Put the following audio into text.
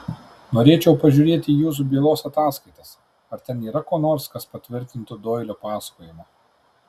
norėčiau pažiūrėti į jūsų bylos ataskaitas ar ten yra ko nors kas patvirtintų doilio pasakojimą